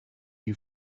you